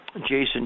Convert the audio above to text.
Jason